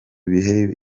bihe